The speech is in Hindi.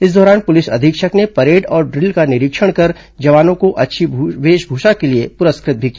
इस दौरान पुलिस अधीक्षक ने परेड और ड्रिल का निरीक्षण कर जवानों को अच्छी वेशभूषा के लिए पुरस्कृत भी किया